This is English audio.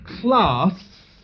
class